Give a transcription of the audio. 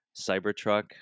Cybertruck